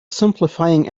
simplifying